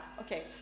Okay